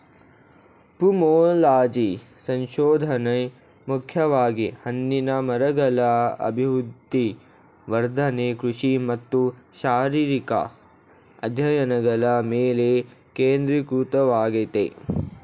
pomology ಸಂಶೋಧನೆ ಮುಖ್ಯವಾಗಿ ಹಣ್ಣಿನ ಮರಗಳ ಅಭಿವೃದ್ಧಿ ವರ್ಧನೆ ಕೃಷಿ ಮತ್ತು ಶಾರೀರಿಕ ಅಧ್ಯಯನಗಳ ಮೇಲೆ ಕೇಂದ್ರೀಕೃತವಾಗಯ್ತೆ